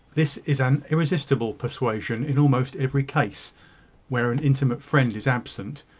this is an irresistible persuasion in almost every case where an intimate friend is absent,